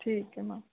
ਠੀਕ ਹੈ ਮੈਮ